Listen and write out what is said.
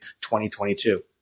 2022